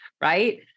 Right